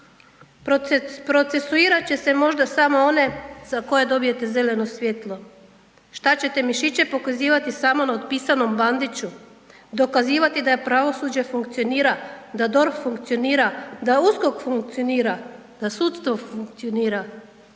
procesuirat će se možda samo za koje dobijete zeleno svjetlo. Šta ćete mišiće pokazivati samo na otpisanom Bandiću? Dokazivati da je pravosuđe funkcionira, da DORH funkcionira, da USKOK funkcionira, da sudstvo funkcionira?